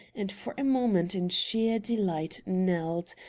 and for a moment in sheer delight knelt,